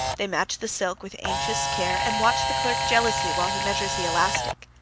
they match the silk with anxious care, and watch the clerk jealously while he measures the elastic,